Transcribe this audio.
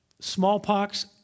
smallpox